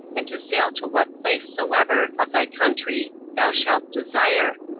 and to sail to what place soever of thy country thou shalt desire,